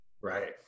Right